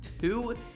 Two